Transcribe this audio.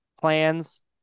plans